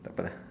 takpe lah